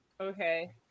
Okay